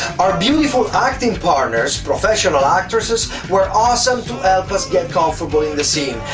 our beautiful acting partners, professional actresses, were awesome to help us get comfortable in the scene,